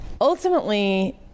Ultimately